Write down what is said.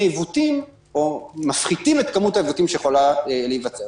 עיוותים או מפחיתים את כמות העיוותים שיכולה להיווצר.